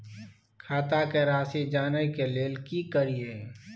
खाता के राशि जानय के लेल की करिए?